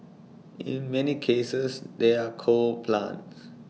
in many cases they're coal plants